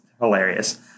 hilarious